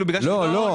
לא.